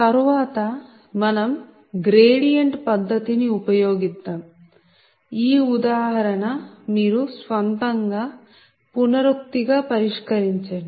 తరువాత మనం గ్రేడియంట్ పద్ధతి ని ఉపయోగిద్దాం ఈ ఉదాహరణ మీరు స్వంతంగా పునరుక్తి గా పరిష్కరించండి